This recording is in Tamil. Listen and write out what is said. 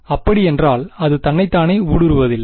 மாணவர் அப்படியென்றால் அது தன்னைத்தானே ஊடுருவுவதில்லை